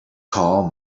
call